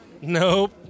Nope